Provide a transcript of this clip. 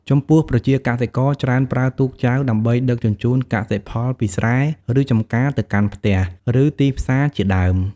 ចំពោះប្រជាកសិករច្រើនប្រើទូកចែវដើម្បីដឹកជញ្ជូនកសិផលពីស្រែ ឬចំការទៅកាន់ផ្ទះ ឬទីផ្សារជាដើម។